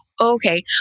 Okay